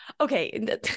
Okay